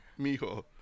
Mijo